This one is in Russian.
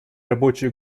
рабочие